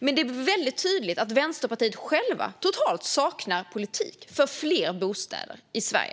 Det är dock väldigt tydligt att Vänsterpartiet självt totalt saknar politik för fler bostäder i Sverige.